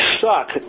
suck